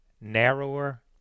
narrower